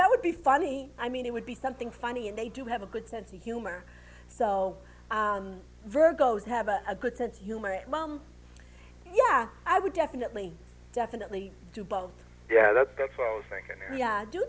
that would be funny i mean it would be something funny and they do have a good sense of humor so virgos have a good sense of humor and mom yeah i would definitely definitely do both yeah